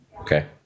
Okay